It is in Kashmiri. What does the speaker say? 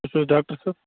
تُہۍ چھِو ڈاکٹَر صٲب